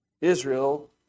Israel